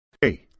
Hey